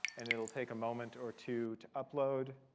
and it'll take a moment or two to upload.